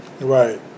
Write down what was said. right